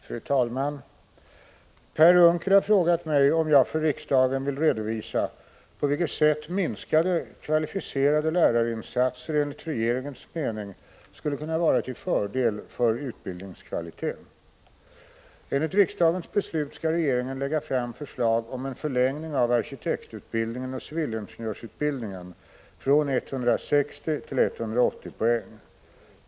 Fru talman! Per Unckel har frågat mig om jag för riksdagen vill redovisa på vilket sätt minskade kvalificerade lärarinsatser enligt regeringens mening skulle kunna vara till fördel för utbildningskvaliteten. Enligt riksdagens beslut skall regeringen lägga fram förslag om en förlängning av arkitektutbildningen och civilingenjörsutbildningen från 160 till 180 poäng.